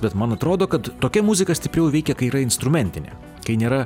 bet man atrodo kad tokia muzika stipriau veikia kai yra instrumentinė kai nėra